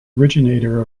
originator